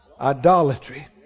Idolatry